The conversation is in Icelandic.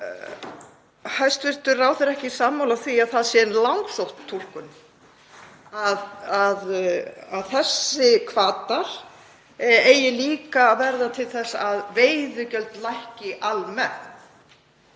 Er hæstv. ráðherra ekki sammála því að það sé langsótt túlkun að þessir hvatar eigi líka að verða til þess að veiðigjöld lækki almennt?